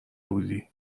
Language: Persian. بودی